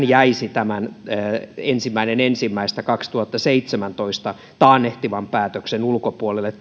jäisi tämän ensimmäinen ensimmäistä kaksituhattaseitsemäntoista saakka taannehtivan päätöksen ulkopuolelle